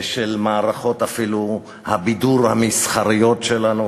ואפילו של מערכות הבידור המסחריות שלנו,